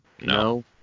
no